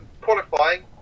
Qualifying